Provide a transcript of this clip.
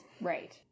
Right